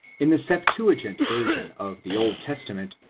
in the septaagint version of the old testament,